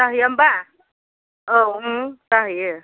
जाहैया होमबा औ जाहैयो